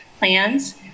Plans